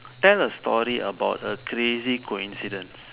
tell a story about a crazy coincidence